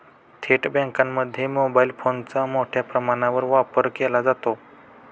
थेट बँकांमध्ये मोबाईल फोनचा मोठ्या प्रमाणावर वापर केला जातो